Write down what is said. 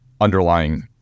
underlying